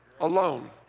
Alone